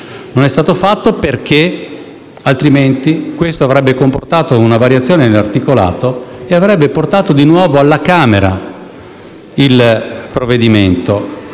non è stato fatto: perché avrebbe comportato una variazione nell'articolato e avrebbe portato di nuovo alla Camera il provvedimento,